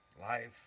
Life